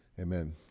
Amen